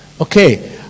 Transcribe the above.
okay